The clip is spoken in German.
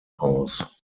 aus